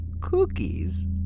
cookies